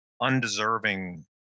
undeserving